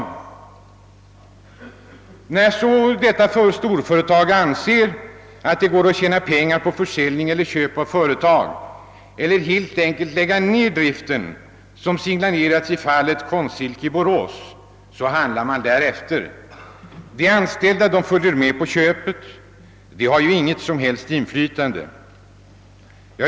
Men när man i detta storföretag ser att det går att tjäna pengar på försäljning eller köp av företag eller genom att helt enkelt lägga ned driften — som signalerats i fallet »Konstsilke» i Borås — så handlar man därefter. De anställda följer med på köpet — de har ju inte något som helst inflytande.